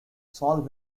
solve